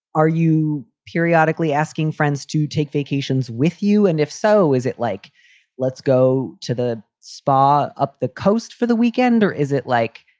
are you periodically asking friends to take vacations with you? and if so, is it like let's go to the spa up the coast for the weekend? or is it like.